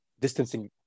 distancing